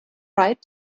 tried